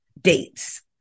dates